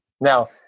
Now